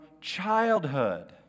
childhood